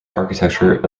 architecture